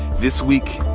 this week?